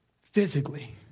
physically